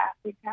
Africa